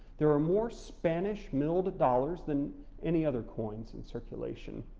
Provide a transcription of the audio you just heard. there are more spanish milled dollars than any other coins in circulation.